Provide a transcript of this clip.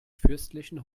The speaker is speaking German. fürstlichen